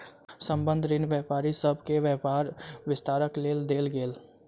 संबंद्ध ऋण व्यापारी सभ के व्यापार विस्तारक लेल देल गेल